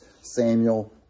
Samuel